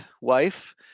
wife